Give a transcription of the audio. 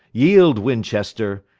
yeeld winchester,